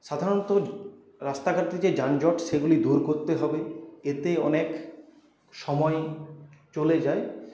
সাধারণত রাস্তাঘাটে যে যানজট সেগুলি দূর করতে হবে এতে অনেক সময় চলে যায়